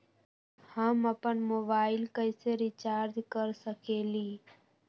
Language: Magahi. हम अपन मोबाइल कैसे रिचार्ज कर सकेली?